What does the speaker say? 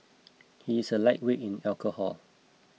he is a lightweight in alcohol